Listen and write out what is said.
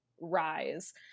rise